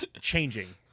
changing